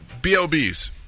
BLBs